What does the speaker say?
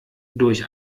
durch